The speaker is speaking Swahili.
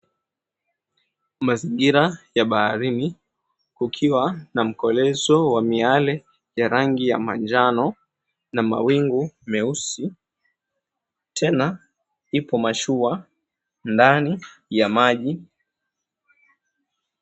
Mazingira ya baharini, kukiwa na mkolezo wa miale ya rangi ya manjano, na mawingu meusi. Tena ipo mashua ndani ya maji.